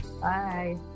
Bye